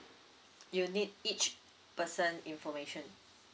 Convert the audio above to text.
you need each person information